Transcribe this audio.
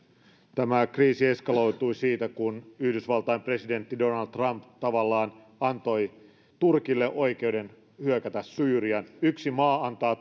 tämä kriisi eskaloitui siitä kun yhdysvaltain presidentti donald trump tavallaan antoi turkille oikeuden hyökätä syyriaan yksi maa antaa